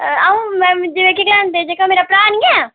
अ'ऊ जेह्का गलांदे जेह्का मेरा भ्राऽ निं ऐं